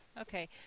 Okay